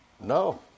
No